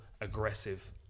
aggressive